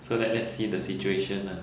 so let let's see the situation lah